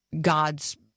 God's